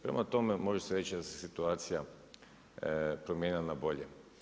Prema tome, može se reći da se situacija promijenila na bolje.